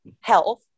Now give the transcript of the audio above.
health